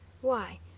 Why